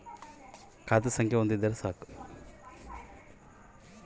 ನಾನು ನನ್ನ ಅಕೌಂಟಿನಾಗ ಎಷ್ಟು ರೊಕ್ಕ ಐತಿ ಅಂತಾ ಚೆಕ್ ಮಾಡಲು ಪ್ರತಿ ಸಲ ನನ್ನ ಪಾಸ್ ಬುಕ್ ಬ್ಯಾಂಕಿಗೆ ತರಲೆಬೇಕಾ?